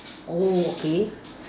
oh okay